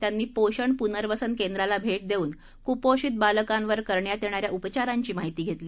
त्यांनी पोषण पुर्नवसन केंद्राला भेट देऊन कुपोषीत बालकांवर करण्यात येणाऱ्या उपचारांची माहिती घेतली